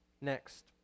Next